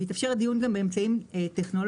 ויתאפשר הדיון גם באמצעים טכנולוגיים.